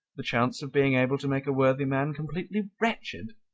the chance of being able to make a worthy man completely wretched.